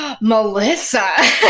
Melissa